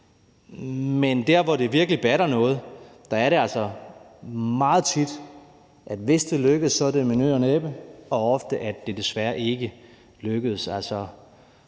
men der, hvor det virkelig batter noget, er det altså meget tit, at hvis det lykkes, er det med nød og næppe, og ofte er det desværre ikke lykkedes.